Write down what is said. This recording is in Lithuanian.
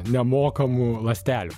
nemokamų ląstelių